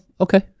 okay